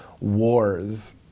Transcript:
wars